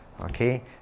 okay